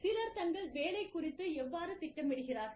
சிலர் தங்கள் வேலை குறித்து எவ்வாறு திட்டமிடுகிறார்கள்